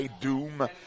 Doom